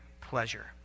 pleasure